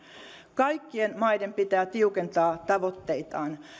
kaikkien maiden pitää tiukentaa tavoitteitaan